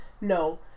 no